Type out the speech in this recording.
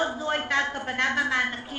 לא זו היתה הכוונה במענקים.